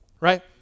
Right